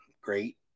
Great